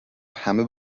همه